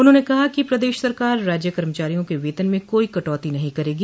उन्होंने कहा कि प्रदेश सरकार राज्य कर्मचारियों के वेतन में कोई कटौती नहीं करेगी